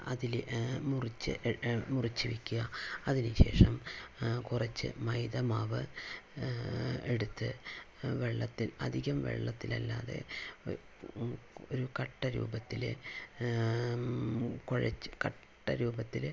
അതിൽ മുറിച്ച് മുറിച്ചു വെയ്ക്കുക അതിന് ശേഷം കുറച്ച് മൈദമാവ് എടുത്ത് വെള്ളത്തിൽ അധികം വെള്ളത്തിൽ അല്ലാതെ ഒരു കട്ടരൂപത്തില് കുഴച്ച് കട്ടരൂപത്തില്